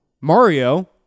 Mario